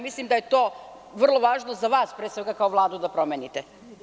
Mislim da je to vrlo važno za vas pre svega kao Vladu da promenite.